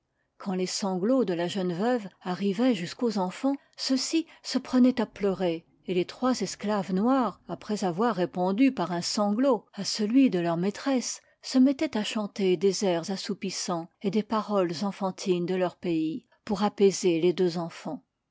quand les sanglots de la jeune veuve arrivaient jusqu'aux enfans ceux-ci se prenaient à pleurer et les trois esclaves noires après avoir répondu par un sanglot à celui de leur maî tresse se mettaient à chanter des airs assoupissant et des paroles enfantines de leur pays pour apaiser les deux enfans